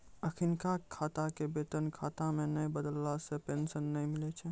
अखिनका खाता के वेतन खाता मे नै बदलला से पेंशन नै मिलै छै